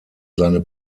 seine